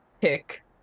pick